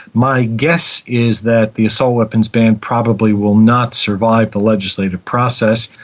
my guess is that the assault weapons ban probably will not survive the legislative process.